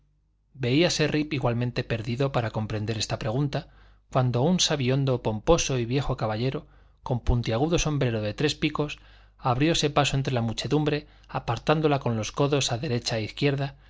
federal veíase rip igualmente perdido para comprender esta pregunta cuando un sabihondo pomposo y viejo caballero con puntiagudo sombrero de tres picos abrióse paso entre la muchedumbre apartándola con los codos a derecha e izquierda